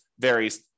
varies